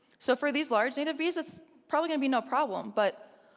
so for these large native bees, it's probably going to be no problem. but,